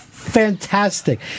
fantastic